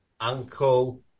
Uncle